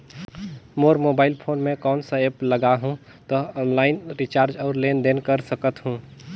मोर mobile phone मे कोन सा एप्प लगा हूं तो ऑनलाइन रिचार्ज और लेन देन कर सकत हू?